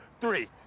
three